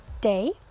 day